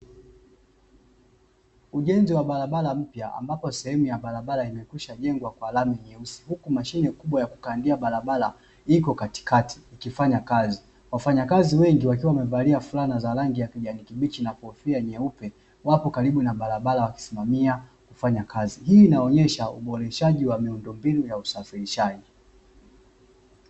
Ujenzi wa barabara mpya ambapo sehemu ya barabara imeshajengwa kwa lami nyeusi, huku mashine kubwa ya kukandia barabara iko katikati ikifanya kazi. Wafanya kazi wengi wakiwa wamevalia fulana za kijani kibichi na kofia nyeupe, wapo karibu na barabara wakisimamia ufanya kazi. Hii inaonesha uboreshaji wa miundombinu ya usafirishaji.